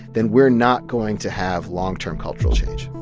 then we're not going to have long-term cultural change